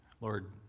Lord